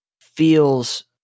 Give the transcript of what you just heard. feels